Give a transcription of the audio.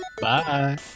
Bye